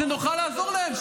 שנוכל לעזור להם,